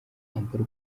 kampala